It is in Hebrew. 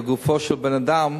לגופו של בן-אדם,